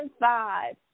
five